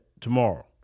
tomorrow